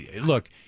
Look